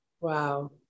Wow